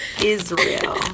Israel